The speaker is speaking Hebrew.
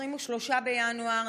23 בינואר,